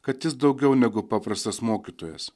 kad jis daugiau negu paprastas mokytojas